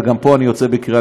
וגם פה אני יוצא בקריאה,